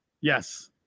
Yes